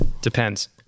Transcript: Depends